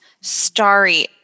starry